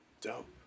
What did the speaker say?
Dope